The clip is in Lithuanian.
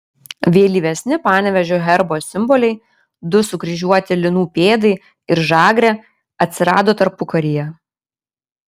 vėlyvesni panevėžio herbo simboliai du sukryžiuoti linų pėdai ir žagrė atsirado tarpukaryje